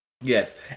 Yes